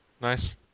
Nice